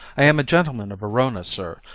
i am a gentleman of verona, sir,